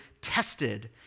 tested